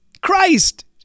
Christ